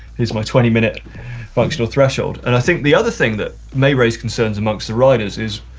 here's my twenty minute functional threshold. and i think the other thing that may raise concerns amongst the riders is,